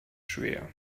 schwer